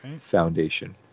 Foundation